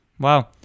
Wow